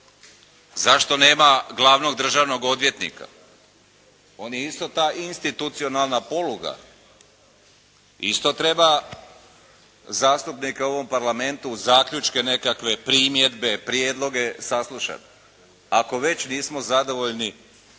Zašto nema glavnog državnog odvjetnika? On je isto ta institucionalna poluga. Isto treba zastupnike u ovom Parlamentu, zaključke nekakve, primjedbe, prijedloge saslušati ako već nismo zadovoljno